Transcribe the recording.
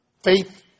Faith